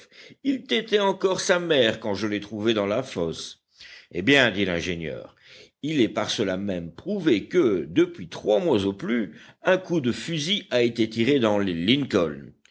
il tétait encore sa mère quand je l'ai trouvé dans la fosse eh bien dit l'ingénieur il est par cela même prouvé que depuis trois mois au plus un coup de fusil a été tiré dans l'île lincoln